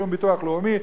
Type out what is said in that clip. שום ביטוח לאומי,